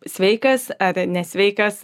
sveikas ar nesveikas